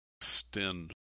extend